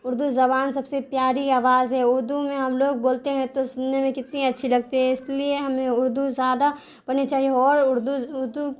اردو زبان سب سے پیاری آواز ہے اردو میں ہم لوگ بولتے ہیں تو سننے میں کتنی اچھی لگتی ہے اس لیے ہمیں اردو زیادہ پڑھنی چاہیے اور اردو اردو